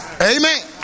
Amen